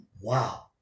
Wow